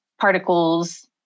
particles